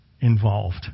involved